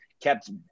kept